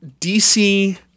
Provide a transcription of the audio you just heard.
DC